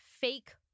fake